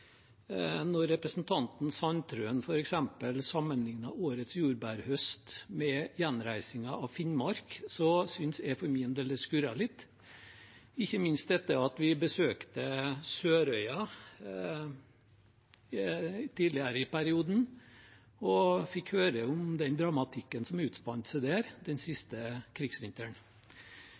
representanten Sandtrøen f.eks. sammenlignet årets jordbærhøst med gjenreisingen av Finnmark, syntes jeg for min del det skurret litt – ikke minst etter at vi besøkte Sørøya tidligere i perioden og fikk høre om den dramatikken som utspant seg der den siste krigsvinteren.